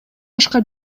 башка